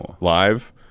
live